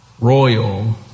royal